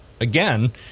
again